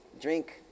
drink